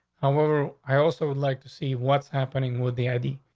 and we're i also would like to see what's happening with the id.